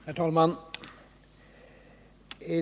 Herr talman!